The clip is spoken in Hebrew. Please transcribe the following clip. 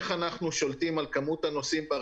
ברגע שלא עומדים אנחנו שומרים על מרחק בין הנוסעים,